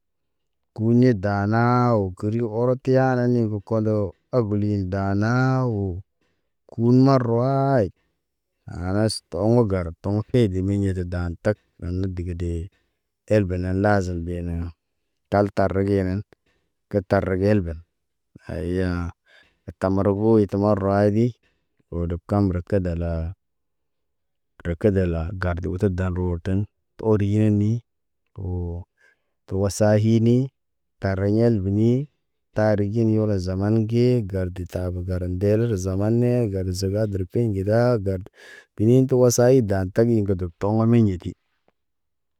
Kuɲe danaa wo kəriyo oroti ya naani boko kondo, oboli daana woo. Kun marawaayit khalas tə oŋgo gar toŋg feede meɲede daan tak nanna dege dee. El ben nə laazən benənəə. Tal tari ge nan, kə tari elben haye ha tamaragoy tə maro waadi rodem kamrə kə dalaa rə kadalaa garde oto dan roor ten tu oriyen nii too to wasa hiii tariɲ yeleii tari ɟen yola zama ge garde taboo gar ndee rozamaan nee gar zəgardər kiɲ gidaa gar kiyin tu wasa dan tak yegədə toŋgo meɲ ɲeti.